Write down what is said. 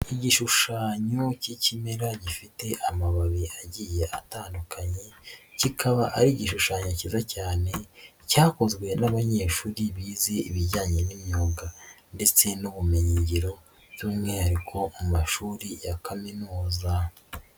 Igishushanyo k'ikimera gifite amababi agiye atandukanye, kikaba ari igishushanyo kiza cyane cyakozwe n'abanyeshuri bize ibijyanye n'imyuga ndetse n'ubumenyingiro by'umwihariko mu mashuri ya kaminuza.